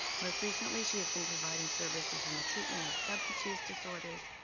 most recently she has been providing services in the treatment of substance use disorders,